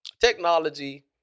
technology